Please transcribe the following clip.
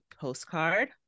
postcard